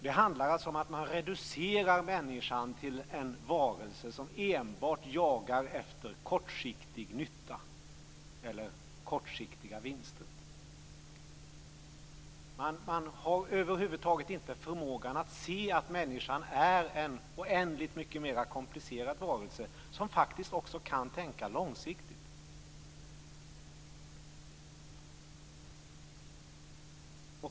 Det handlar alltså om att man reducerar människan till en varelse som enbart jagar efter kortsiktig nytta eller kortsiktiga vinster. Man har över huvud taget inte förmågan att se att människan är en oändligt mycket mer komplicerad varelse som faktiskt också kan tänka långsiktigt.